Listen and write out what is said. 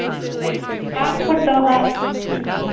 half photo half